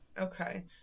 Okay